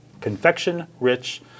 confection-rich